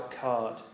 card